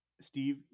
Steve